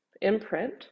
imprint